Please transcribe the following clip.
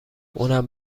اونم